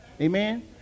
Amen